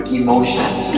emotions